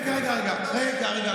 רגע, רגע.